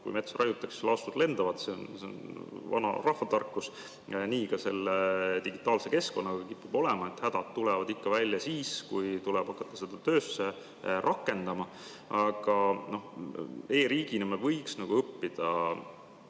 Kui metsa raiutakse, siis laastud lendavad, see on vanarahva tarkus. Nii ka selle digitaalse keskkonnaga kipub olema, et hädad tulevad ikka välja siis, kui tuleb hakata seda [uuendust] töösse rakendama. Aga e‑riigina me võiks õppida